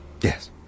Yes